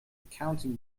accounting